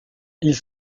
ils